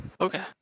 Okay